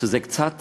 שזה קצת